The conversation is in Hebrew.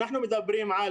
אנחנו מדברים על